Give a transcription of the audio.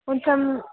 కొంచెం